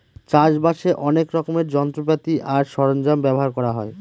চাষ বাসে অনেক রকমের যন্ত্রপাতি আর সরঞ্জাম ব্যবহার করা হয়